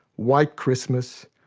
white christmas,